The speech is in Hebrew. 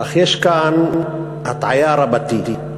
אך יש כאן הטעיה רבתי,